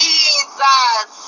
Jesus